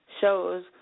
shows